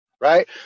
right